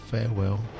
Farewell